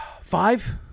Five